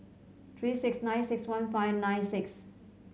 three six nine six one five nine six